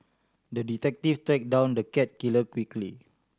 the detective tracked down the cat killer quickly